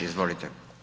Izvolite.